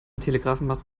telegrafenmast